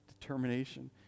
determination